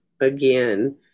again